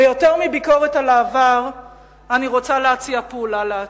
ויותר מביקורת על העבר אני רוצה להציע פעולה לעתיד.